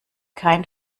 kein